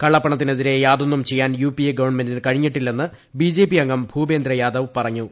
കളളപ്പണത്തിനെതിരെ യാതൊന്നും ചെയ്യാൻ U P ഗവൺമെന്റിന് കഴിഞ്ഞിട്ടില്ലെന്ന് ബി ജെ പി അംഗം ഭൂപ്പേന്ദ്രിയാദവ് പറഞ്ഞു